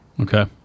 Okay